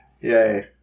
Yay